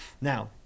Now